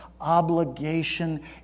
obligation